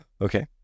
Okay